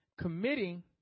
committing